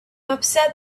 upset